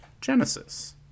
Genesis